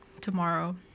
tomorrow